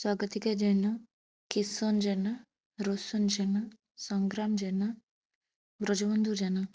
Swagatika Jena Kishan Jena Roshan Jena Sangram Jena Brajabandhu Jena